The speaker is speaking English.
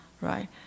right